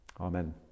Amen